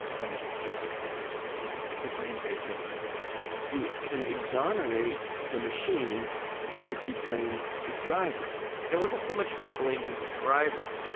guns don't kill people, people kill people. it's the same basic idea you can exonerate the machine if you blame the driver and it wasn't so much about blaming the driver,